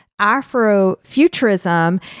Afrofuturism